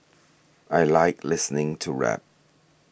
I like listening to rap